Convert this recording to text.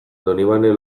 donibane